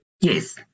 Yes